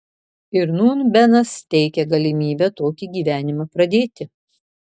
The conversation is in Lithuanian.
ir nūn benas teikia galimybę tokį gyvenimą pradėti